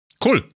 Cool